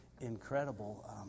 incredible